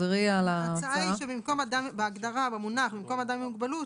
ההצעה היא שבמקום ההגדרה והמונח "אדם עם מוגבלות",